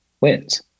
wins